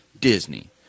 Disney